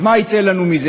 אז מה יצא לנו מזה?